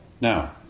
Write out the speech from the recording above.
Now